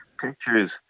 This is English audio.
pictures